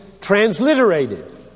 transliterated